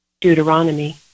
Deuteronomy